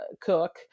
cook